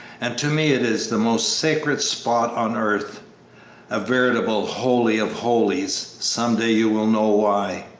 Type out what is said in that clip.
and to me it is the most sacred spot on earth a veritable holy of holies some day you will know why.